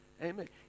Amen